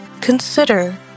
Consider